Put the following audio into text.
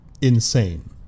insane